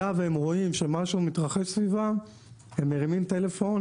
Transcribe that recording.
היה והם רואים שמשהו מתרחש סביבם הם מרימים טלפון